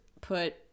put